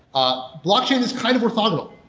ah blockchain is kind of orthogonal.